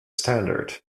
standard